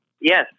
Yes